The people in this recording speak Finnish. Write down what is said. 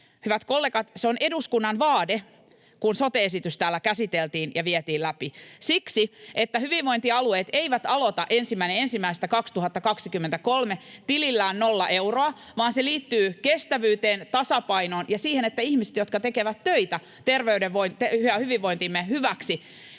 hyvät kollegat, oli eduskunnan vaade, kun sote-esitys täällä käsiteltiin ja vietiin läpi, siksi että hyvinvointialueet eivät aloita 1.1.2023 tilillään nolla euroa, vaan se liittyy kestävyyteen, tasapainoon ja siihen, että ihmisille, jotka tekevät töitä terveytemme ja hyvinvointimme hyväksi